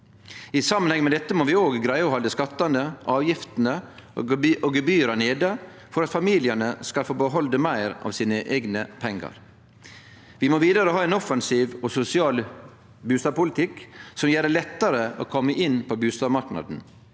I samanheng med dette må vi òg greie å halde skattane, avgiftene og gebyra nede, for at familiane skal få behalde meir av sine eigne pengar. Vi må vidare ha ein offensiv og sosial bustadpolitikk som gjer det lettare å kome inn på bustadmarknaden.